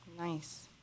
Nice